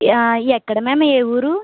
yeah ఎక్కడ ma'am ఏ ఊరు